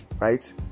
right